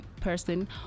person